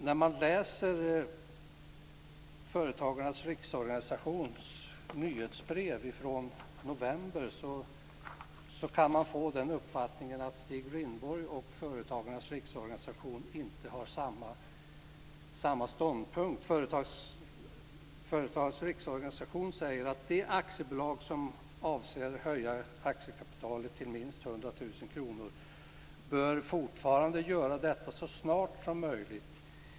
När man läser Företagarnas Riksorganisations nyhetsbrev från november kan man få den uppfattningen att Stig Rindborg och Företagarnas Riksorganisation inte har samma ståndpunkt. Företagarnas Riksorganisation säger: De aktiebolag som avser att höja aktiekapitalet till minst 100 000 kr bör fortfarande göra detta så snart som möjligt.